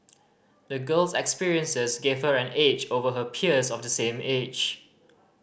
the girl's experiences gave her an edge over her peers of the same age